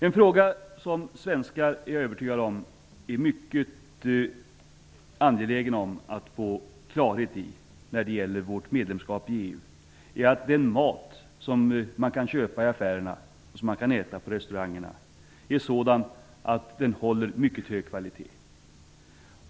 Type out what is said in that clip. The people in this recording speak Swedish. Något som -- det är jag övertygad om -- svenskar är mycket angelägna om när det gäller vårt medlemskap i EU, är att den mat man kan köpa i affärerna och äta på restaurangerna skall hålla mycket hög kvalitet.